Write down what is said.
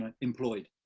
employed